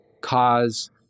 cause